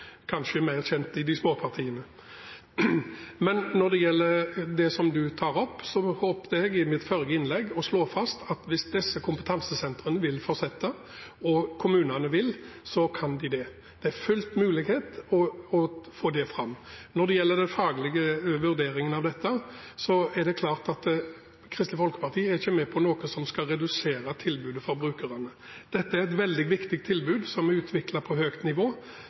kanskje mer kjent i de små partiene. Når det gjelder det som representanten tar opp, håpet jeg i mitt forrige innlegg å slå fast at hvis disse kompetansesentrene vil fortsette og kommunene vil, kan de det. Det er fullt mulig å få det fram. Når det gjelder den faglige vurderingen av dette, er det klart at Kristelig Folkeparti ikke er med på noe som skal redusere tilbudet for brukerne. Dette er et veldig viktig tilbud som er utviklet på høyt nivå.